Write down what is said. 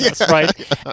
right